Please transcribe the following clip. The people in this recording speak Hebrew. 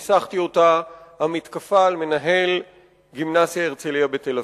הינה המתקפה על מנהל גימנסיה "הרצליה" בתל-אביב.